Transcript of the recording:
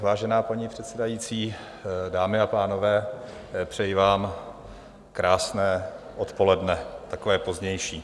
Vážená paní předsedající, dámy a pánové, přeji vám krásné odpoledne, takové pozdější.